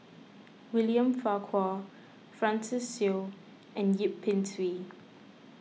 William Farquhar Francis Seow and Yip Pin Xiu